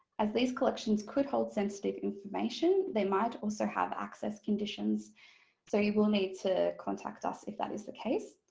as these collections could hold sensitive information they might also have access conditions so you will need to contact us if that is the case.